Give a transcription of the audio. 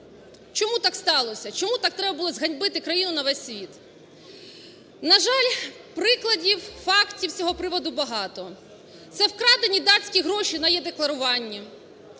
Чому так сталося? Чому так треба було зганьбити країну на весь світ? На жаль, прикладів, фактів з цього приводу багато. Це вкрадені датські гроші на е-декларування,